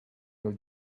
your